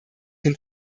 hin